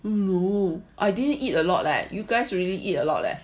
oh no I didn't eat a lot leh you guys really eat a lot leh